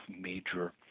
major